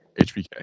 Hbk